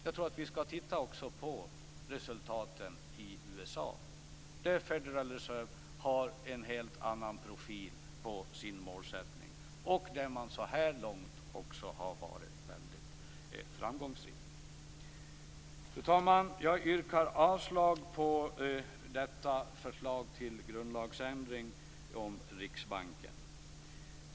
Jag tror att vi också skall titta på resultaten i USA, där Federal Reserves har en helt annan profil på sin målsättning och där man så här långt varit väldigt framgångsrik. Fru talman! Jag yrkar avslag på detta förslag till grundlagsändring om Riksbanken.